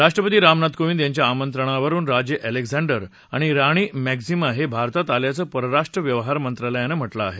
राष्ट्रपती रामनाथ कोविंद यांच्या आमंत्रणावरुन राजे अलेक्झांडर आणि राणी मॅक्झीमा हे भारतात आल्याचं परराष्ट्र व्यवहार मंत्रालयानं म्हटलं आहे